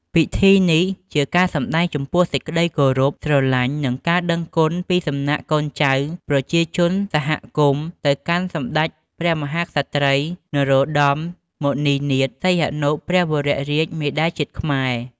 ពិធីនេះជាការសម្ដែងចំពោះសេចក្ដីគោរពស្រឡាញ់ និងការដឹងគុណពីសំណាក់កូនចៅ ប្រជាជនសហគមន៍ ទៅកាន់សម្តេចព្រះមហាក្សត្រី នរោត្តម មុនិនាថ សីហនុ ព្រះវររាជមាតាជាតិខ្មែរ